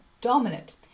dominant